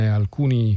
alcuni